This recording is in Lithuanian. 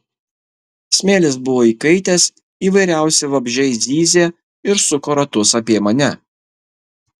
smėlis buvo įkaitęs įvairiausi vabzdžiai zyzė ir suko ratus apie mane